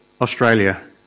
Australia